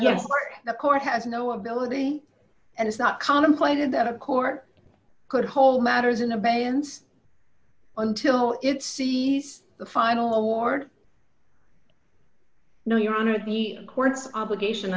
yes the court has no ability and it's not contemplated that a court could hold matters in abeyance until it sees the final award no your honor the court's obligation